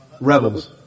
Rebels